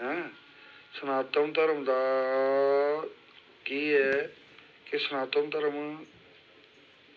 ऐं सनातन धर्म दा केह् ऐ कि सनातन धर्म